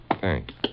Thanks